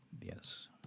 yes